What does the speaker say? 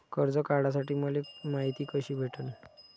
कर्ज काढासाठी मले मायती कशी भेटन?